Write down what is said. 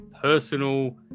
personal